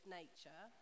nature